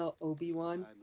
Obi-Wan